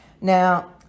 Now